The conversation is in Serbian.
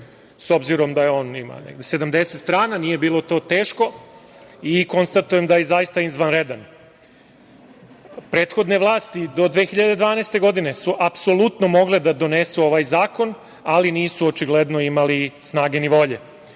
s obzirom da on ima negde 70 strana, nije bilo teško i konstatujem da je zaista izvanredan. Prethodne vlasti do 2012. godine su apsolutno mogle da donesu ovaj zakon, ali nisu očigledno imale ni snage ni volje.